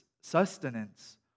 sustenance